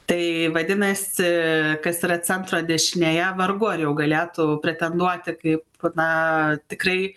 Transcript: tai vadinasi kas yra centro dešinėje vargu ar jau galėtų pretenduoti kaip na tikrai